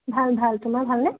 ভাল ভাল তোমাৰ ভালনে